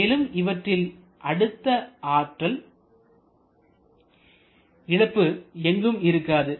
மேலும் இவற்றில் அழுத்த ஆற்றல் இழப்பு எங்கும் இருக்காது